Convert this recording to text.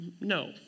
No